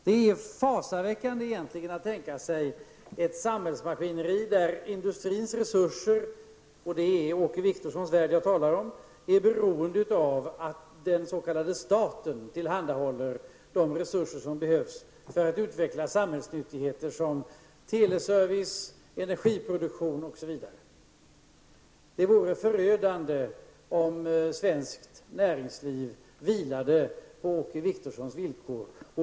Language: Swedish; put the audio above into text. Det är egentligen fasaväckande att tänka sig ett samhällsmaskineri där industrins resurser -- det är Åke Wictorssons värld jag talar om -- är beroende av att den s.k. staten tillhandahåller de resurser som behövs för att utveckla samhällsnyttigheter som teleservice, energiproduktion, m.m. Det vore förödande om svenskt näringsliv hade att lita till Åke Wictorssons villkor.